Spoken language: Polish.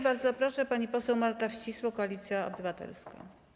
Bardzo proszę, pani poseł Marta Wcisło, Koalicja Obywatelska.